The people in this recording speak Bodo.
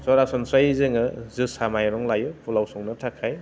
सरासनस्रायै जोङो जोसा माइरं लायो फुलाव संनो थाखाय